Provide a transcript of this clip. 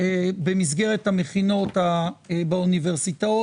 הישיבתי במסגרת המכינות באוניברסיטאות,